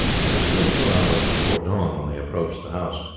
it was still two hours before dawn when they approached the house.